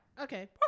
okay